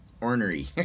ornery